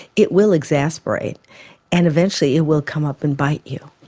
it will exasperate and eventually it will come up and bite you.